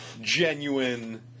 genuine